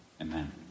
Amen